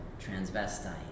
transvestite